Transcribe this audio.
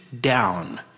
down